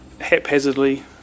haphazardly